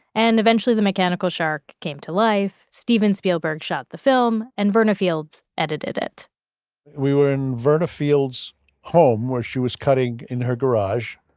and eventually the mechanical shark came to life, steven spielberg shot the film, and verna fields edited it we were in verna fields' home, where she was cutting in her garage,